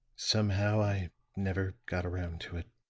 somehow i never got around to it.